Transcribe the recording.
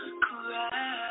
cry